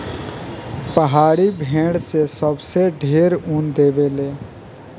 पहाड़ी भेड़ से सबसे ढेर ऊन देवे ले